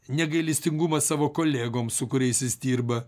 negailestingumas savo kolegoms su kuriais jis dirba